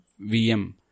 VM